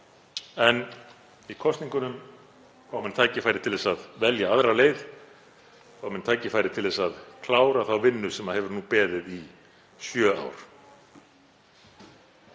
En í kosningunum hafa menn tækifæri til að velja aðra leið, fá menn tækifæri til að klára þá vinnu sem hefur nú beðið í sjö ár.